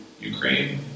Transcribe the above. Ukraine